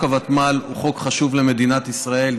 חוק הוותמ"ל הוא חוק חשוב למדינת ישראל,